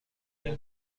این